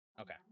okay